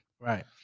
Right